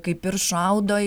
kaip ir šaudo